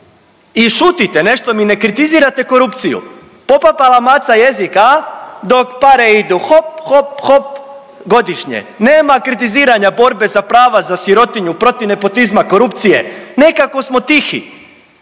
i šutite, nešto mi ne kritizirate korupciju, popala maca jezik, a dok pare idu hop, hop, hop godišnje, nema kritiziranja borbe za prava za sirotinju, protiv nepotizma, korupcije nekako smo tihi,